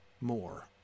more